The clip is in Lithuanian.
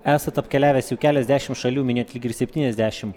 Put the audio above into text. esat apkeliavęs jau keliasdešim šalių minėjot lyg ir septyniasdešim